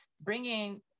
bringing